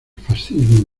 fascismo